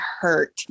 hurt